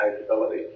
capability